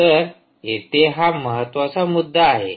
तर येथे हा महत्वाचा मुद्दा आहे